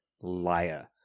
liar